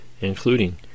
including